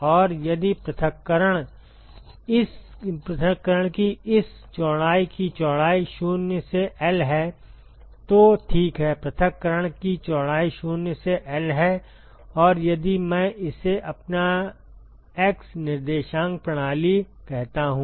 और यदि पृथक्करण की इस चौड़ाई की चौड़ाई 0 से L है तो ठीक है पृथक्करण की चौड़ाई 0 से L है और यदि मैं इसे अपना x निर्देशांक प्रणाली कहता हूं